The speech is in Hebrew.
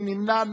מי נמנע?